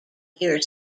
ear